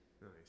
Nice